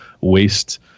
waste